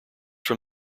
from